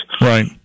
Right